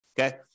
Okay